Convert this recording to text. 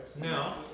Now